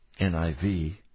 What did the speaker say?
NIV